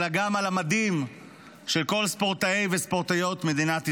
אלא גם על המדים של כל ספורטאי וספורטאיות מדינת ישראל.